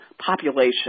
population